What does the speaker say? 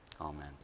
Amen